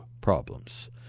problems